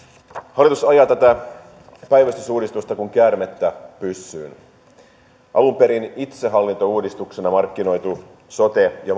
hallitus ajaa tätä päivystysuudistusta kuin käärmettä pyssyyn alun perin itsehallintouudistuksena markkinoidusta sote ja